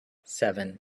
seven